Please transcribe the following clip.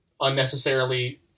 unnecessarily